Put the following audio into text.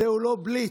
זהו לא בליץ,